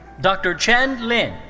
dr. cen li.